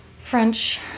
French